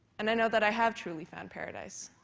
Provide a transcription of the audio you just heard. and i know that i have truly found paradise.